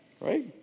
right